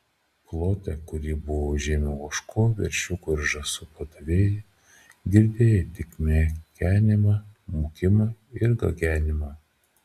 plote kurį buvo užėmę ožkų veršiukų ir žąsų pardavėjai girdėjai tik mekenimą mūkimą ir gagenimą